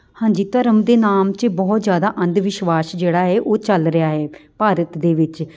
ਹਾਂਜੀ ਧਰਮ ਦੇ ਨਾਮ 'ਚ ਬਹੁਤ ਜ਼ਿਆਦਾ ਅੰਧ ਵਿਸ਼ਵਾਸ ਜਿਹੜਾ ਹੈ ਉਹ ਚੱਲ ਰਿਹਾ ਹੈ ਭਾਰਤ ਦੇ ਵਿੱਚ